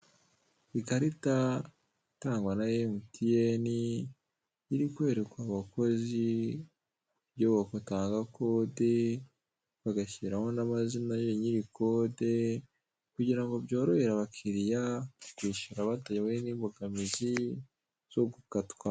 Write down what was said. Ikarita itangwa na MTN iri kwerekwa abakozi uburyo batanga kode, bagashyiraho n'amazina ya nyirikode kugira ngo byorohere abakiriya kwishyura badahuye n'imbogamizi zo gukatwa.